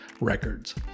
records